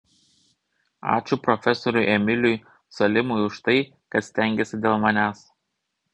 ačiū profesoriui emiliui salimui už tai kad stengėsi dėl manęs